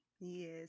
Yes